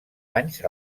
anys